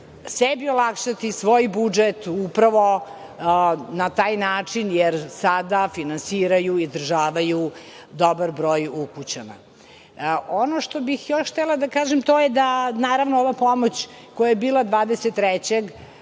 sebi olakšati svoj budžet upravno na taj način jer sada finansiraju, izdržavaju dobar broj ukućana. Ono što bih još htela da kažem to je da, naravno, ova pomoć koja je bila